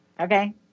okay